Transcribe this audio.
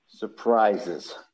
Surprises